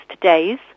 days